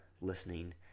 listening